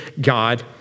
God